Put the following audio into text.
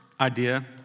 idea